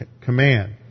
command